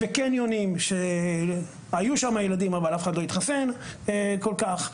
וקניונים שהיו שם ילדים אבל אף אחד לא התחסן כל כך.